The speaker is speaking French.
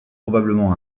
probablement